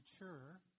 mature